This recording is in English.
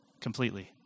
completely